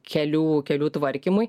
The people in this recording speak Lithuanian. kelių kelių tvarkymui